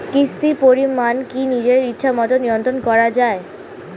কিস্তির পরিমাণ কি নিজের ইচ্ছামত নিয়ন্ত্রণ করা যায়?